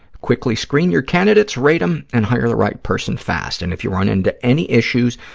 quickly screen your candidates, rate them, and hire the right person fast. and if you run into any issues,